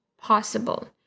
possible